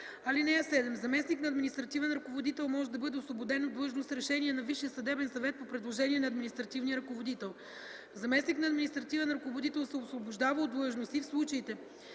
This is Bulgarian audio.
ал. 7: „(7) Заместник на административен ръководител може да бъде освободен от длъжност с решение на Висшия съдебен съвет по предложение на административния ръководител. Заместник на административен ръководител се освобождава от длъжност и в случаите,